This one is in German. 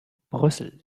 brüssel